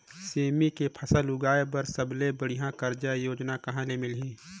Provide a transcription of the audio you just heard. सेमी के फसल उगाई बार सबले बढ़िया कर्जा योजना कहा ले मिलही?